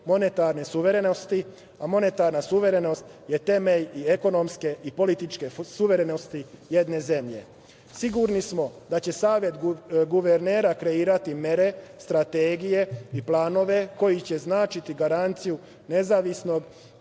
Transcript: monetarne suverenosti, a monetarna suverenost je temelj i ekonomske i političke suverenosti jedne zemlje. Sigurni smo da će Savet guvernera kreirati mere, strategije i planove koji će značiti garanciju nezavisnog